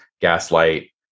Gaslight